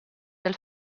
del